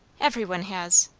every one has.